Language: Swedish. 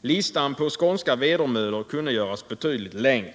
Listan på skånska vedermödor kunde göras betydligt längre.